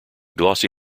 glossy